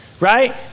right